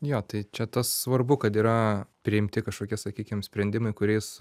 jo tai čia tas svarbu kad yra priimti kažkokie sakykim sprendimai kuriais